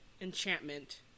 enchantment